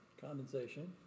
Condensation